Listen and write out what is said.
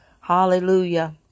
hallelujah